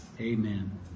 Amen